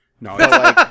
No